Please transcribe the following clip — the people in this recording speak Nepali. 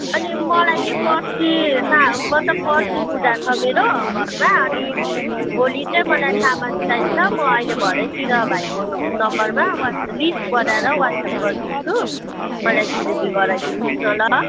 अनि मलाई नि पर्सि मतलब पर्सि पूजा छ मेरो घरमा अनि भोलि चाहिँ मलाई सामान चाहिन्छ म अहिले भरेतिर भाइको नम्बरमा लिस्ट बनाएर वाट्सएप गरिदिन्छु मलाई डेलिभरी गराइदिनु होस् न ल